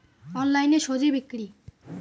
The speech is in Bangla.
অনলাইনে স্বজি বিক্রি?